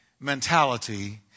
mentality